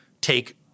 take